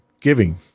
giving